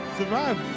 survive